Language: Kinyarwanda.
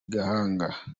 gihanga